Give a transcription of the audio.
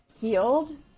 healed